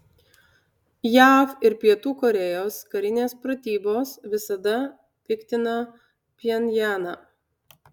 jav ir pietų korėjos karinės pratybos visada piktina pchenjaną